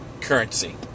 currency